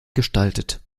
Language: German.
gestaltet